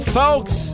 folks